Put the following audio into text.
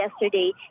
yesterday